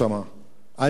אל תהיה צדיק,